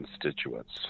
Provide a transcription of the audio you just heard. constituents